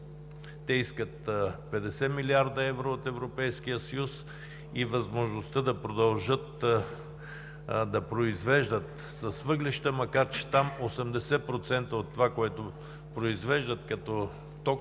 Те искат 50 млрд. евро от Европейския съюз и възможността да продължат да произвеждат с въглища, макар че там 80% от това, което произвеждат като ток,